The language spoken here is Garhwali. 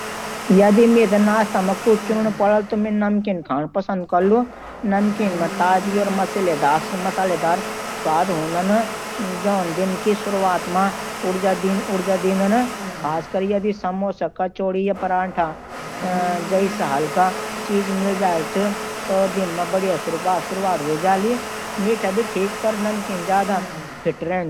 जदि मन्नै नाश्ते मं कुछ चुनना हो, तो मैं नमकीन खाना पसंद करूंगा। नमकीन मं ताजगी और मसालेदार स्वाद होलू, जौन दिन की शुरुआत मं ऊर्जा देत है। खासकर जदि समोसा, कचोरी या पराठा जइसा हल्का चीज मिल जाए, तो दिन नी बढ़िया शुरुआत हो जाई। मीठा भी ठीक है, पर नमकीन ज्यादा फिट रहत है।